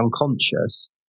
unconscious